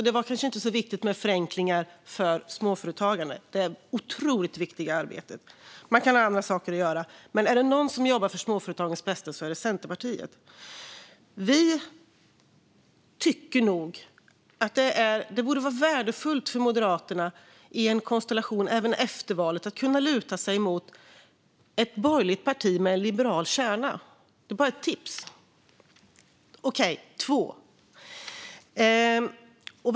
Det var kanske inte så viktigt, även om det handlade om det otroligt viktiga arbetet med förenklingar för småföretagare. Visst - man kan ha andra saker att göra. Men är det någon som jobbar för småföretagens bästa är det Centerpartiet. Vi tycker nog att det borde vara värdefullt för Moderaterna att även efter valet i en konstellation kunna luta sig mot ett borgerligt parti med en liberal kärna. Niklas Wykman pekar på Liberalerna. Okej - två partier.